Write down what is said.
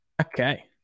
Okay